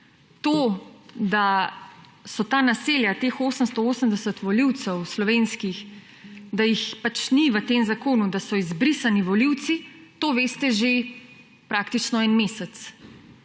to, da so ta naselja, teh 880 volivcev, slovenskih, da jih ni v tem zakonu, da so izbrisani volivci, to veste že praktično en mesec.